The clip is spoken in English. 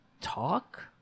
talk